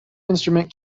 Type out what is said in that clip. instrument